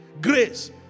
grace